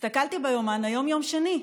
הסתכלתי ביומן והיום יום שני.